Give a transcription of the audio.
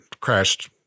crashed